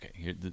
Okay